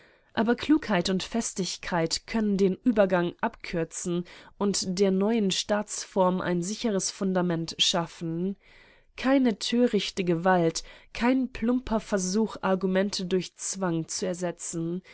aber klugheit und festigkeit können den übergang abkürzen und der neuen staatsform ein sicheres fundament schaffen keine törichte gewalt kein plumper versuch argumente durch zwang zu ersetzen